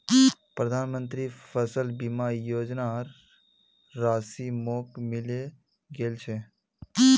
प्रधानमंत्री फसल बीमा योजनार राशि मोक मिले गेल छै